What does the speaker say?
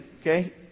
okay